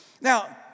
Now